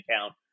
account